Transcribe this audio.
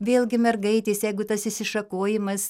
vėlgi mergaitės jeigu tas išsišakojimas